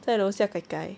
在楼下 gai gai